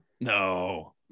No